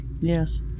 Yes